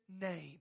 name